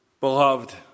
beloved